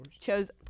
chose